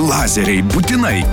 lazeriai būtinai